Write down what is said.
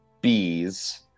bees